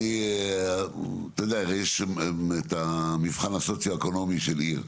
הרי יש את המבחן הסוציואקונומי של עיר,